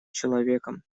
человеком